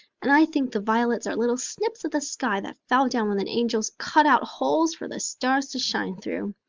and i think the violets are little snips of the sky that fell down when the angels cut out holes for the stars to shine through.